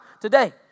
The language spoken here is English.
today